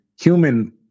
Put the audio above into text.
human